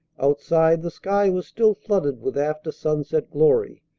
outside the sky was still flooded with after-sunset glory,